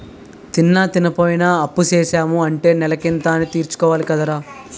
తిన్నా, తినపోయినా అప్పుసేసాము అంటే నెలకింత అనీ తీర్చుకోవాలి కదరా